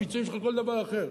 הפיצויים שלך וכל דבר אחר.